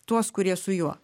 tuos kurie su juo